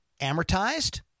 amortized